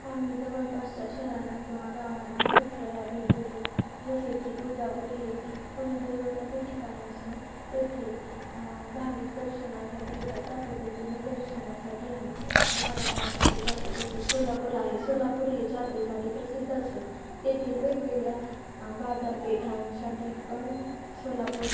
आम्ही जवळपासच्या शहरांना किंवा गावांना बरेचवेळा भेट देतो जसे की तुळजापूर हे कुलदेवतेचे ठिकाण असून तेथे भाविक दर्शनासाठी येतात त्या पद्धतीने दर्शनासाठी आम्ही वारंवार तेथे जातो तशेश सोलापूर आहे सोलापूर हे चादरीसाठी प्रसिद्ध असून तेथील वेगवेगळ्या बाजारपेठांसाठी पण सोलापूर